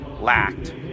lacked